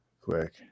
quick